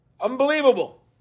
Unbelievable